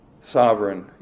sovereign